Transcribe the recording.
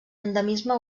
endemisme